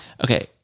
Okay